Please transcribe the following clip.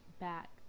back